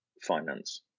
finance